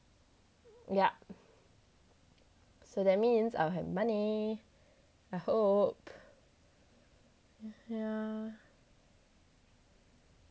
ya so that means I'll have money I hope yeah